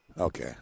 Okay